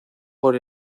por